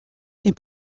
est